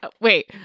Wait